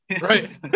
right